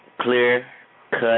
clear-cut